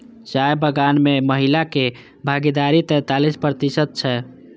चाय बगान मे महिलाक भागीदारी सैंतालिस प्रतिशत छै